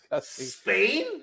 Spain